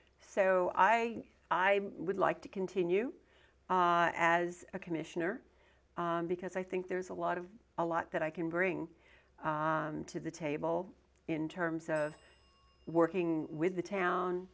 so i i would like to continue as a commissioner because i think there's a lot of a lot that i can bring to the table in terms of working with the town